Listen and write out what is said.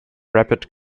rapid